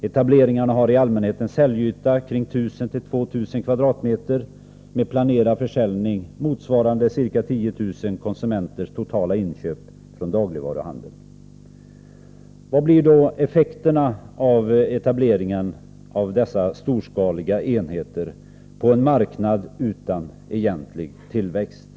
Etableringarna har i allmänhet en säljyta på 1 000-2 000 kvadratmeter och en planerad försäljning motsvarande ca 10 000 konsumenters totala inköp från dagligvaruhandeln. Vilka blir då effekterna av etableringen av dessa storskaliga enheter på en marknad utan egentlig tillväxt?